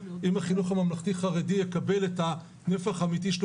אם החינוך הממלכתי-חרדי יקבל את הנפח האמיתי שלו